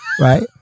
Right